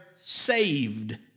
saved